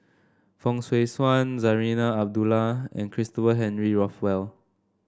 Fong Swee Suan Zarinah Abdullah and Christopher Henry Rothwell